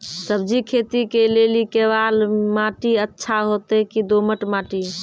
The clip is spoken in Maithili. सब्जी खेती के लेली केवाल माटी अच्छा होते की दोमट माटी?